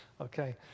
Okay